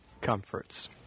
comforts